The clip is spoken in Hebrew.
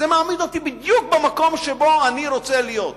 זה מעמיד אותי בדיוק במקום שבו אני רוצה להיות,